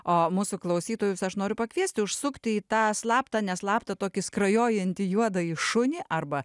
o mūsų klausytojus aš noriu pakviesti užsukti į tą slaptą neslaptą tokį skrajojantį juodąjį šunį arba